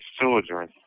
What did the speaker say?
children